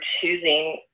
choosing